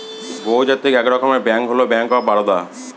বহুজাতিক এক রকমের ব্যাঙ্ক হল ব্যাঙ্ক অফ বারদা